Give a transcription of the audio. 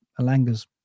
Alanga's